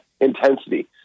intensity